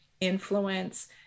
influence